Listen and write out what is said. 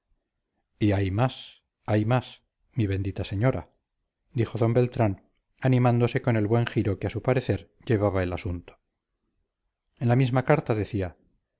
y hay más hay más mi bendita señora dijo d beltrán animándose con el buen giro que a su parecer llevaba el asunto en la misma carta decía